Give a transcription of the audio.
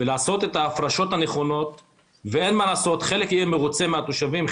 מקדמים תכנון מפורט ביישובים הדרוזיים,